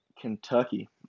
Kentucky